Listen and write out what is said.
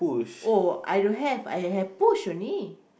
oh I don't have I have push only